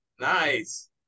Nice